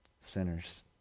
sinners